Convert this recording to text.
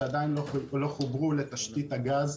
שעדיין לא חוברו לתשתית הגז,